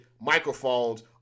microphones